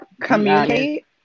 Communicate